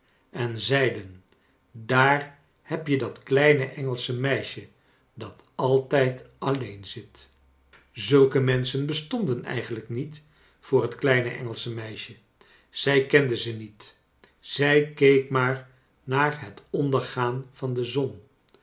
en zeiden daar heb je dat kleine engelsche meisje dat altijd alleen zit zulke menschen bestonden eigenlijk niet voor het kleine engelsche meisje zij kende ze niet zij keek maar naar het ondergaan van de zon